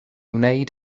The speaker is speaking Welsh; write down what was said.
wneud